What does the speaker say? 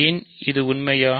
ஏன் இது உண்மையா